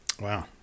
Wow